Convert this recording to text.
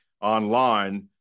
online